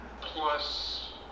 plus